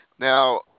Now